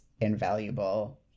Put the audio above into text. invaluable